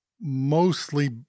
mostly